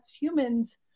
humans